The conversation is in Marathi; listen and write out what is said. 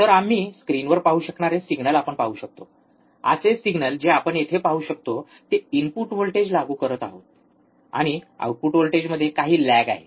तर आम्ही स्क्रीनवर पाहू शकणारे सिग्नल आपण पाहू शकतो असेच सिग्नल जे आपण येथे पाहू शकतो ते आपण इनपुट व्होल्टेज लागू करत आहोत आणि आउटपुट व्होल्टेजमध्ये काही लैग आहे